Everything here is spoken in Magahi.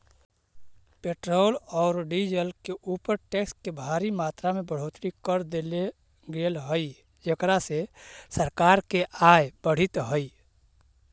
पेट्रोल औउर डीजल के ऊपर टैक्स के भारी मात्रा में बढ़ोतरी कर देले गेल हई जेकरा से सरकार के आय बढ़ीतऽ हई